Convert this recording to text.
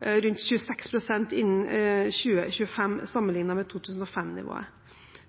rundt 26 pst. innen 2025 sammenlignet med 2005-nivået.